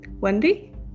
Wendy